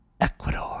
Ecuador